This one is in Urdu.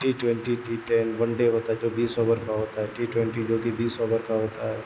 T twenty T ten one day ہوتا ہے جو بیس اوور کا ہوتا ہے ٹی ٹوینٹی جو کہ بیس اوور کا ہوتا ہے